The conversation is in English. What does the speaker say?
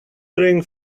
ring